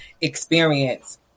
experience